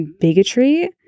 bigotry